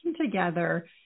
together